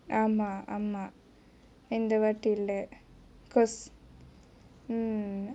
ஆமா ஆமா இந்த வாட்டி இல்லே:aama aama intha vaati illae because mm